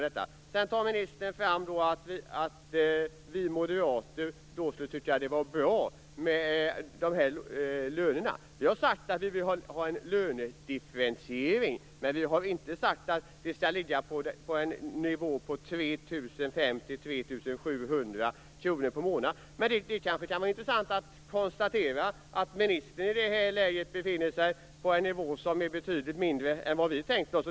Sedan tar ministern fram att vi moderater skulle tycka att de här lönerna skulle vara bra. Vi har sagt att vi vill ha en lönedifferentiering. Men vi har inte sagt att den skall ligga på en nivå på 3 500-3 700 kr i månaden. Men det kan vara intressant att konstatera att ministern i det läget befinner sig på en nivå som är betydligt lägre än vi tänkt oss.